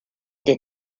des